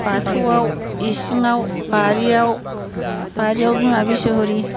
बाथौआव इसिङाव बारियाव बारियाव बिमा बिस'हरि